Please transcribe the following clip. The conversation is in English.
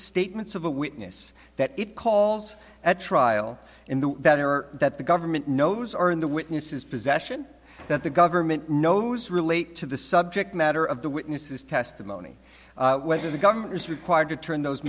statements of a witness that it calls at trial in the that the government knows are in the witnesses possession that the government knows relate to the subject matter of the witness's testimony whether the government is required to turn those